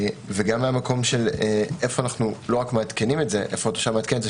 וגם מהמקום של איפה אנו לא רק מעדכנים את זה איפה התושב מעדכן את זה,